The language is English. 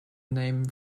name